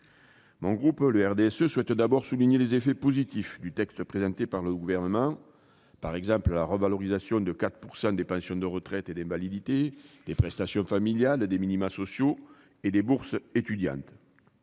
Mon groupe, le RDSE, souhaite d'abord souligner les points positifs du texte présenté par le Gouvernement, comme la revalorisation de 4 % des pensions de retraite et d'invalidité, des prestations familiales, des minima sociaux et des bourses étudiantes,